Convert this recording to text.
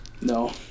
No